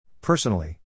Personally